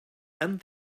and